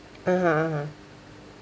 (uh huh) (uh huh)